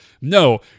no